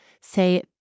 say